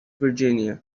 virginia